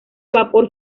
vapor